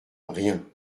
rien